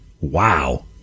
Wow